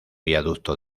viaducto